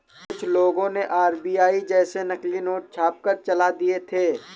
कुछ लोगों ने आर.बी.आई जैसे नकली नोट छापकर चला दिए थे